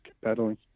pedaling